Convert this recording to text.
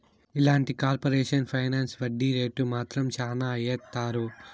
ఇలాంటి corporate finance వడ్డీ rate మాత్రం శ్యానా ఏత్తారు